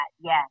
yes